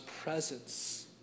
presence